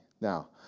now